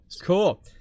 Cool